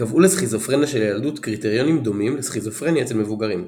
קבעו לסכיזופרניה של הילדות קריטריונים דומים לסכיזופרניה אצל מבוגרים.